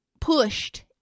pushed